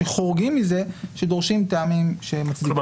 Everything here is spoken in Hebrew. שחורגים מזה שדורשים טעמים --- אז